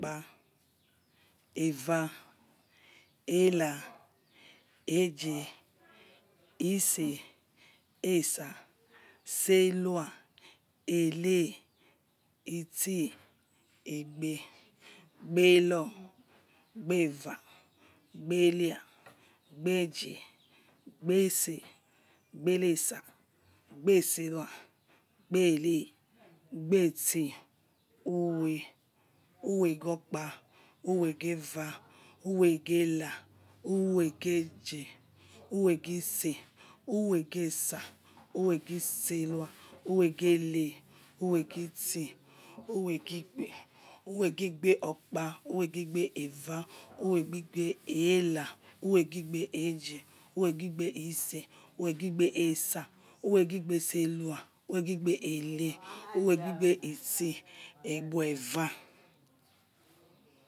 Okpa, eva, ehra, echie, ese, esa, sehlua, efe, echici, egbe, egbe-hia, egbele-eva, egbele-ehaa, egbe- echie, egbe- ese, egbe-esa, egbe- sehlue, egbe-eke, egbe-echiri, uwe, uwego- ikpa, uweghe-eva, uweghe-ehra, uweghe-echie, uweghe-ese, uweghe-esa, uweghe-sehlua, uweghe-eye, uweghe-lchici, uweghe-igbe, uweghe! Igbe-okpa, uweghe! Igbe-eva, uweghe 'igbe-echra, uweghe ' igbe- echie, uweghe 'igbe-ese, uweghe ' igbe-esa, uweghe ' igbe-sehlua. Uwege ' igbe-ele, uwege ' igbe-lchiri, aigbo ' eva.